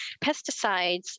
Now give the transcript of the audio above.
pesticides